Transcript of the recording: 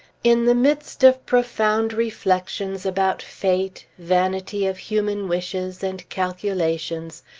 in the midst of profound reflections about fate, vanity of human wishes and calculations,